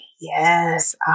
yes